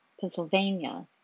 Pennsylvania